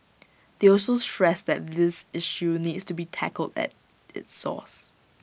they also stressed that this issue needs to be tackled at its source